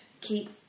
keep